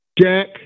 Jack